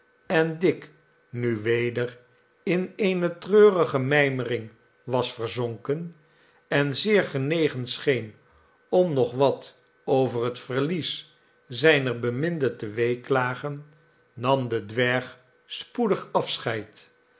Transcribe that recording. en dick nu weder in eene treurige mijmering was verzonken en zeer genegen scheen om nog wat over het verlies zijner beminde te weeklagen nam de dwerg spoedig afscheid